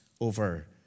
over